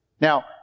Now